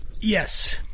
Yes